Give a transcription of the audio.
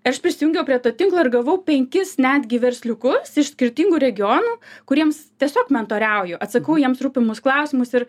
aš prisijungiau prie to tinklo ir gavau penkis netgi versliukus iš skirtingų regionų kuriems tiesiog mentoriauju atsakau jiems rūpimus klausimus ir